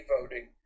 voting